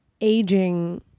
aging